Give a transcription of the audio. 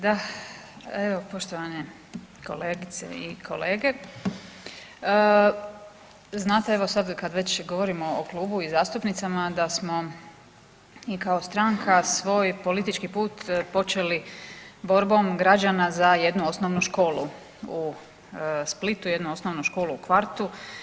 Da, evo poštovane kolegice i kolege znate evo sad kad već govorimo o klubu i zastupnicama da smo i kao stranka svoj politički put počeli borbom građana za jednu osnovnu školu u Splitu, jednu osnovnu školu u kvaru.